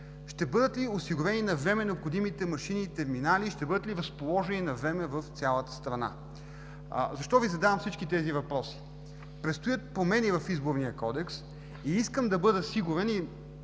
Ще бъдат ли осигурени навреме необходимите машини и терминали? Ще бъдат ли разположени навреме в цялата страна? Защо Ви задавам всички тези въпроси? Предстоят промени в Изборния кодекс и искам да бъда сигурен